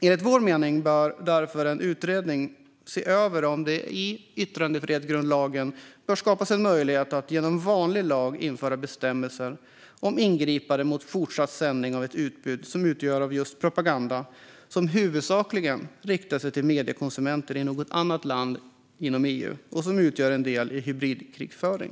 Enligt vår mening bör en utredning se över om det i yttrandefrihetsgrundlagen bör skapas en möjlighet att genom vanlig lag införa bestämmelser om ingripande mot fortsatt sändning av ett utbud som utgörs av propaganda som huvudsakligen riktar sig till mediekonsumenter i något annat land inom EU och som utgör ett led i hybridkrigföring.